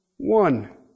One